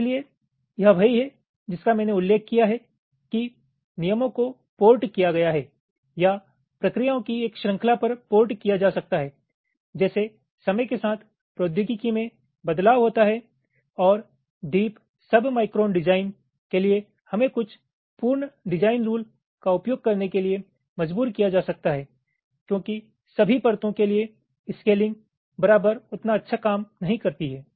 इसलिए यह वही है जिसका मैंने उल्लेख किया है कि नियमों को पोर्ट किया गया है या प्रक्रियाओं की एक श्रृंखला पर पोर्ट किया जा सकता है जैसे समय के साथ प्रौद्योगिकी में बदलाव होता है और डीप सबमाइक्रोन डिजाइन के लिए हमें कुछ पूर्ण डिजाइन रूल का उपयोग करने के लिए मजबूर किया जा सकता है क्योंकि सभी परतों के लिए स्केलिंग बराबर उतना अच्छा काम नहीं करती है